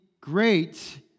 great